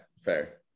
Fair